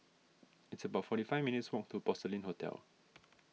it's about forty five minutes' walk to Porcelain Hotel